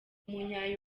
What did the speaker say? umunya